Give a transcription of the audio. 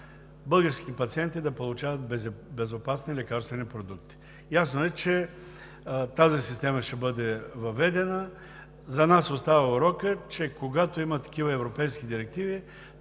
българските пациенти да получават безопасни лекарствени продукти. Ясно е, че тази система ще бъде въведена. За нас остава урокът, че когато има такива европейски директиви,